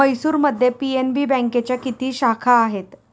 म्हैसूरमध्ये पी.एन.बी बँकेच्या किती शाखा आहेत?